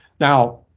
Now